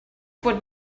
what